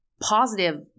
positive